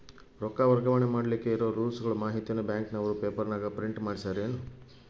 ರೊಕ್ಕ ವರ್ಗಾವಣೆ ಮಾಡಿಲಿಕ್ಕೆ ಇರೋ ರೂಲ್ಸುಗಳ ಮಾಹಿತಿಯನ್ನ ಬ್ಯಾಂಕಿನವರು ಪೇಪರನಾಗ ಪ್ರಿಂಟ್ ಮಾಡಿಸ್ಯಾರೇನು?